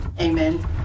amen